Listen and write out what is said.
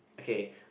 okay